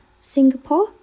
Singapore